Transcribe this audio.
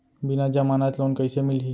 बिना जमानत लोन कइसे मिलही?